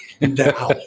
now